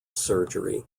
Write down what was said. surgery